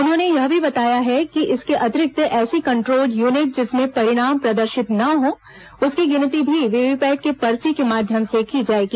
उन्होंने यह भी बताया है कि इसके अतिरिक्त ऐसी कंट्रोल यूनिट जिसमें परिणाम प्रदर्शित न हो उसकी गिनती भी वीवीपैट के पर्ची के माध्यम से की जाएगी